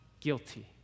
guilty